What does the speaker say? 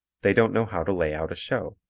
they don't know how to lay out a show.